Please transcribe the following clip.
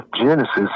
Genesis